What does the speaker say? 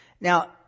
Now